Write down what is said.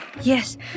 Yes